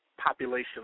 population